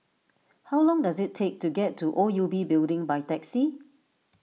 how long does it take to get to O U B Building by taxi